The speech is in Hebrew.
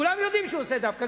כולם יודעים שהוא עושה דווקא,